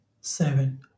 seven